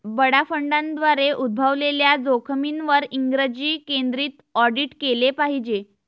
बडा फंडांद्वारे उद्भवलेल्या जोखमींवर इंग्रजी केंद्रित ऑडिट केले पाहिजे